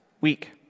week